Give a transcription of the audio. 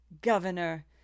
governor